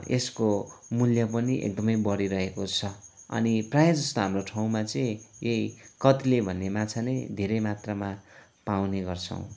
यसको मूल्य पनि एकदमै बढिरहेको छ अनि प्राय जस्तो हाम्रो ठाउँमा चाहिँ यही कत्ले भन्ने माछा नै धेरै मात्रामा पाउने गर्छौँ